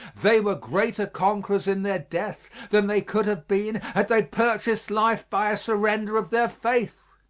they were greater conquerors in their death than they could have been had they purchased life by a surrender of their faith.